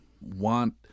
want